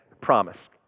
promise